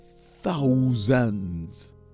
thousands